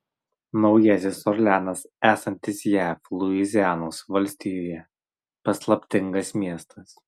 naujasis orleanas esantis jav luizianos valstijoje paslaptingas miestas